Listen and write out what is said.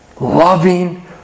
loving